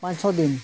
ᱯᱟᱸᱪ ᱪᱷᱚ ᱫᱤᱱ